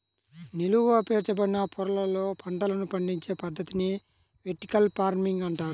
నిలువుగా పేర్చబడిన పొరలలో పంటలను పండించే పద్ధతిని వెర్టికల్ ఫార్మింగ్ అంటారు